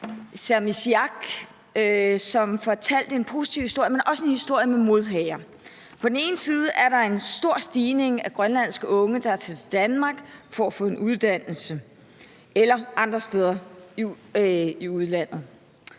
Sermitsiaq, som fortalte en positiv historie, men også en historie med modhager. På den ene side er der en stor stigning i antallet af grønlandske unge, der tager til Danmark eller andre steder i udlandet